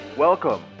Welcome